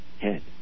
head